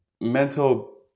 mental